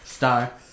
star